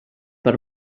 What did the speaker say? per